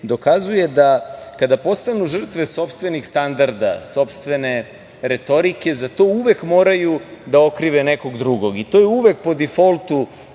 dokazuje da kada postanu žrtve sopstvenih standarda, sopstvene retorike, za to uvek moraju da okrive nekog drugog i to je uvek po difoltu